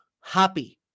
happy